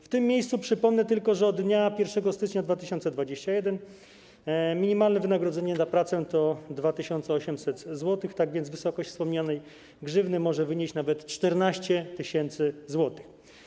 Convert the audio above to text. W tym miejscu przypomnę tylko, że od dnia 1 stycznia 2021 r. minimalne wynagrodzenie za pracę to 2800 zł, tak więc wysokość wspomnianej grzywny może wynieść nawet 14 tys. zł.